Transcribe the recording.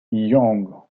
yang